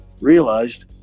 realized